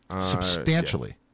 Substantially